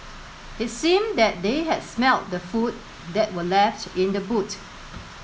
it seemed that they had smelt the food that were left in the boot